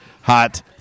hot